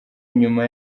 nyuma